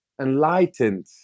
enlightened